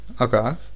Okay